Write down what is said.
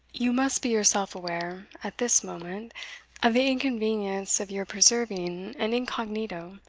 you must be yourself aware at this moment of the inconvenience of your preserving an incognito,